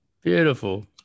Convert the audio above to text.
beautiful